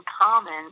common